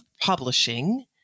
publishing